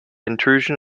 intrusion